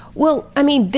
well, i mean,